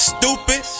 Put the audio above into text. Stupid